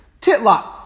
Titlock